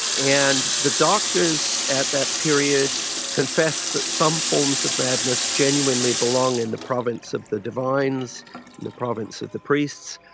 and the doctors at that period confessed that some forms of madness genuinely belong in the province of the divines, in the province of the priests.